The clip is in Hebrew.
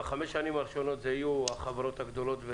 בחמש השנים הראשונות אלה יהיו החברות הגדולות.